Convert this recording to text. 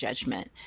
judgment